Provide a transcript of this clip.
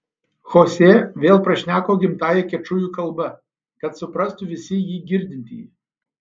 chosė vėl prašneko gimtąja kečujų kalba kad suprastų visi jį girdintieji